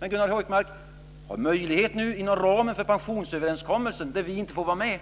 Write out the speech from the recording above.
Men Gunnar Hökmark har möjlighet att hantera frågan inom ramen för pensionsöverenskommelsen, där vi inte får vara med.